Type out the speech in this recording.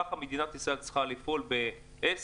ככה מדינת ישראל צריכה לפעול ב-10,